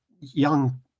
young